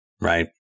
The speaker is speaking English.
right